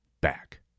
back